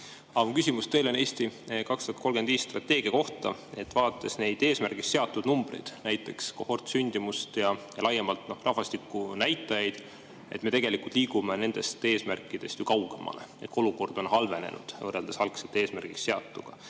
mu küsimus teile on "Eesti 2035" strateegia kohta. Kui vaadata neid eesmärgiks seatud numbreid, näiteks kohortsündimust ja laiemalt rahvastikunäitajaid, siis me liigume nendest eesmärkidest kaugemale. Olukord on halvenenud, võrreldes algselt eesmärgiks seatuga.